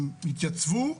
הם התייצבו.